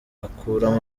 akuramo